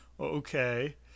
Okay